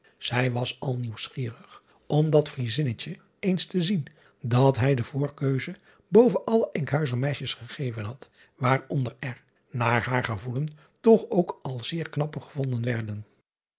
ij was al nieuwsgierig om dat riezinnetje eens te zien dat hij de voorkeuze boven alle nkhuizer meisjes gegeven had waaronder er naar haar gevoelen toch ook al zeer knappe gevonden werden